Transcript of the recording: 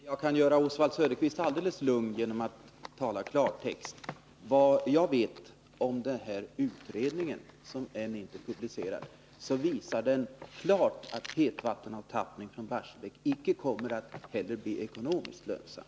Fru talman! Jag kan göra Oswald Söderqvist alldeles lugn genom att tala klartext. Så långt jag vet om den här utredningen, som ännu inte är publicerad, visar den klart att hetvattenavtappning från Barsebäck icke alls kommer att bli ekonomiskt lönsam.